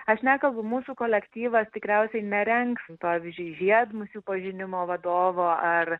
aš nekalbu mūsų kolektyvas tikriausiai nerengs pavyzdžiui žiedmusių pažinimo vadovo ar